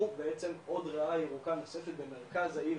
בעצם עוד ריאה ירוקה נוספת במרכז העיר,